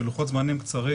בלוחות זמנים קצרים,